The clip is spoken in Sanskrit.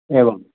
एवम्